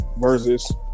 versus